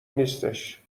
نیستش